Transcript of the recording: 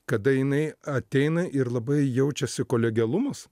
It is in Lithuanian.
kada jinai ateina ir labai jaučiasi kolegialumas